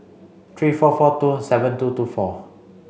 three four four two seven two two four